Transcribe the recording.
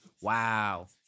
wow